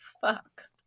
fuck